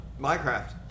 Minecraft